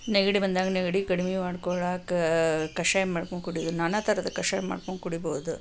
ನೆಗಡಿ ಬಂದಾಗ ನೆಗಡಿ ಕಡಿಮೆ ಮಾಡ್ಕೊಳ್ಳಾಕ ಕಷಾಯ ಮಾಡಿಕೊಂಡು ಕುಡಿಯುದು ನಾನಾ ಥರದ ಕಷಾಯ ಮಾಡಿಕೊಂಡು ಕುಡಿಬೌದು